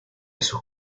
sus